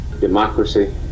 democracy